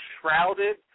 shrouded